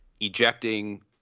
ejecting